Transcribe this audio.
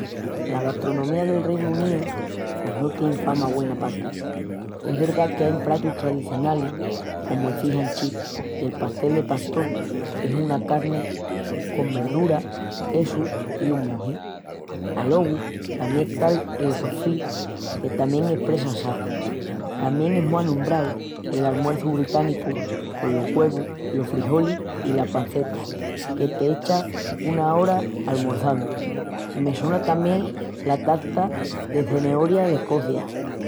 La gastronomía del Reinu Uníu pos no tien fama güena paquí. Es verdá qu'ain pratus tradicionalis comu el fish and chips i el pastel de pastol, qu'es carni con verdura, quesu i un moji. Alogu tamién está el rosbif, que tamién es presa assá. Tamién es mu anombrau l'almuerçu británicu colos güevus, los frijonis i la panceta que t'echas una ora almorçandu. I me sona tamién la tarta de cenoria d'Escocia